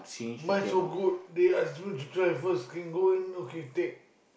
my so good they are so transverse can go in and can take